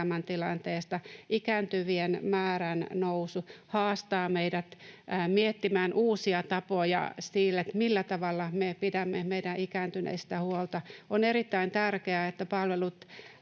elämäntilanteesta. Ikääntyvien määrän nousu haastaa meidät miettimään uusia tapoja, millä tavalla me pidämme meidän ikääntyneistä huolta. On erittäin tärkeää, että palvelut